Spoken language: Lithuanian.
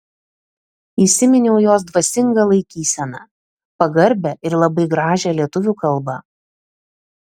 įsiminiau jos dvasingą laikyseną pagarbią ir labai gražią lietuvių kalbą